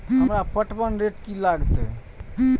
हमरा पटवन रेट की लागते?